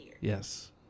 Yes